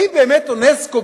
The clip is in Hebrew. האם באמת אונסק"ו,